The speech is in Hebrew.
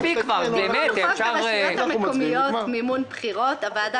חוק הרשויות המקומיות מימון בחירות הוועדה